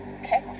okay